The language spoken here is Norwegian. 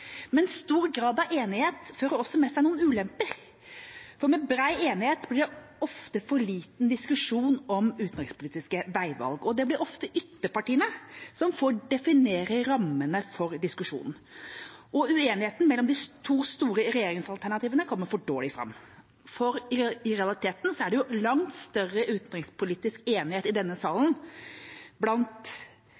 Men stor grad av enighet fører også med seg noen ulemper. For med bred enighet blir det ofte for liten diskusjon om utenrikspolitiske veivalg. Det blir ofte ytterpartiene som får definere rammene for diskusjonen, og uenighetene mellom de to store regjeringsalternativene kommer for dårlig fram. For i realiteten er det jo langt større utenrikspolitisk enighet i denne salen